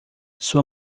sua